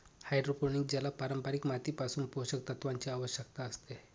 hydroponic ज्याला पारंपारिक मातीपासून पोषक तत्वांची आवश्यकता असते